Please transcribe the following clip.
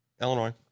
Illinois